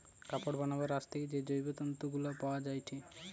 কাপড় বানাবার আঁশ থেকে যে জৈব তন্তু গুলা পায়া যায়টে